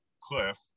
cliff